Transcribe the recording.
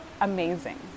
amazing